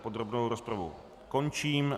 Podrobnou rozpravu končím.